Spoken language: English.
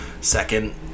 Second